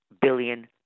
billion